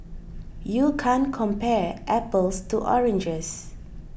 you can't compare apples to oranges